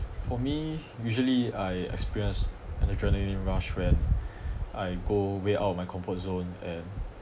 for me usually I experienced an adrenaline rush when I go away out of my comfort zone and